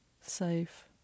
Safe